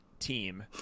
team